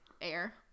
air